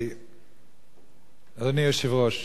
אדוני היושב-ראש,